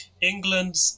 England